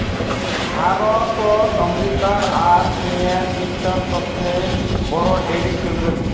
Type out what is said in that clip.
भारत अमेरिकार आर चीनेर विश्वत सबसे बोरो डेरी केंद्र छेक